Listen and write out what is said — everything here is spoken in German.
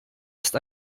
ist